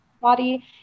body